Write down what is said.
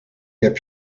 heb